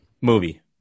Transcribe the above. Movie